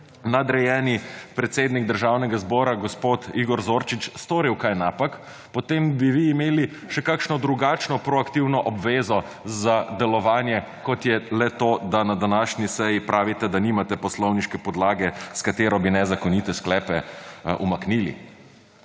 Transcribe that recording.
nadrejeni predsednik Državnega zbora gospod Igor Zorčič storil kaj napak, potem bi vi imeli še kakšno drugačno proaktivno obvezo za delovanje kot je le-to, da na današnji seji pravite, da nimate poslovniške podlage s katero bi nezakonite sklepe umaknili.